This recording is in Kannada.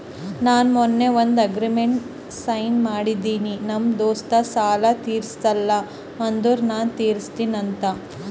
ನಾ ಮೊನ್ನೆ ಒಂದ್ ಅಗ್ರಿಮೆಂಟ್ಗ್ ಸೈನ್ ಮಾಡಿನಿ ನಮ್ ದೋಸ್ತ ಸಾಲಾ ತೀರ್ಸಿಲ್ಲ ಅಂದುರ್ ನಾ ತಿರುಸ್ತಿನಿ ಅಂತ್